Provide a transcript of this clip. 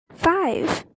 five